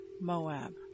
Moab